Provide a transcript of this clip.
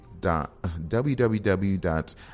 www